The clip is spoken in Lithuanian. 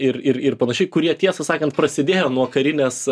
ir ir ir panašiai kurie tiesą sakant prasidėjo nuo karinės